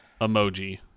emoji